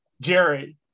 Jerry